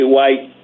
White